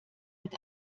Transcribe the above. wird